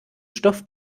stoff